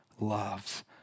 loves